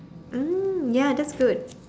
mm ya that's good